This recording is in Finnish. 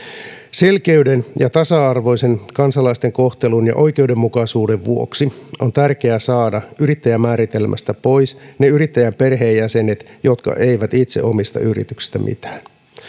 selkeyden ja tasa arvoisen kansalaisten kohtelun ja oikeudenmukaisuuden vuoksi on tärkeää saada yrittäjämääritelmästä pois ne yrittäjän perheenjäsenet jotka eivät itse omista yrityksestä mitään